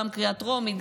גם בקריאה טרומית,